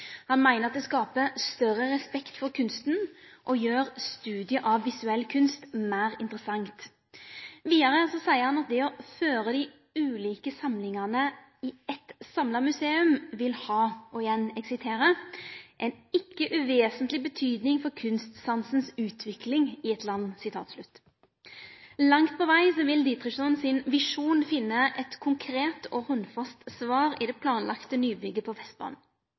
Han meiner det skapar større respekt for kunsten og gjer studiet av visuell kunst meir interessant. Vidare seier han at det å føre dei ulike samlingane saman i eitt samla museum vil ha «en ikke uvæsentlig betydning for kunstsansens udvikling i et land». Langt på veg vil Dietrichson sin visjon finne eit konkret og handfast svar i det planlagte nybygget på